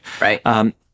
Right